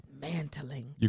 Mantling